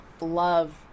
love